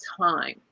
time